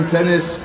Tennis